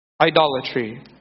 Idolatry